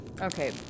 Okay